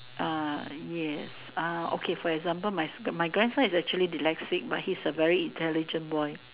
ah yes ah okay for example my s~ my grandson is actually dyslexic but he's a very intelligent boy